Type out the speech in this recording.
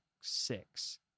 six